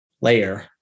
layer